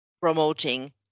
promoting